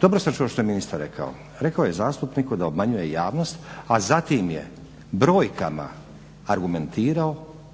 Dobro sam čuo što je ministar rekao. Rekao je zastupniku da obmanjuje javnost a zatim je brojkama argumentirao